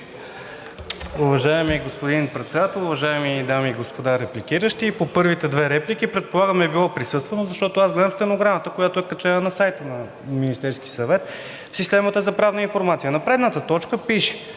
Уважаеми господин Председател, уважаеми дами и господа репликиращи. По първите две реплики. Предполагам е било присъствено, защото аз гледам стенограмата, която е качена на сайта на Министерския съвет в системата за правна информация. На предната точка пише: